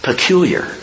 Peculiar